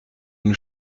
nous